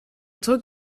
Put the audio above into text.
trok